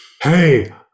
hey